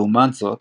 לעומת זאת,